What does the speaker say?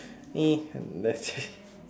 !ee! let's